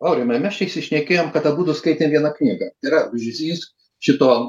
aurimai mes čia išsišnekėjom kad abudu skaitė vieną knygą yra žydintis šituo